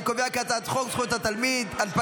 אני קובע כי הצעת חוק זכויות התלמיד (תיקון,